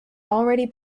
already